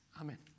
amen